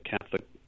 Catholic